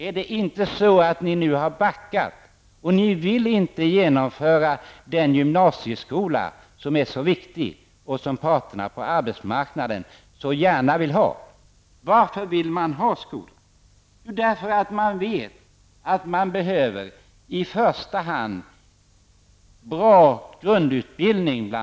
Är det inte så att ni har backat och inte vill genomföra den gymnasieskola som är så viktig och som parterna på arbetsmarknaden vill ha? Och varför vill de ha den skolan? Jo, därför att de vet att vad de anställda i första hand behöver är bra grundutbildning.